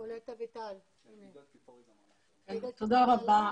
תודה רבה.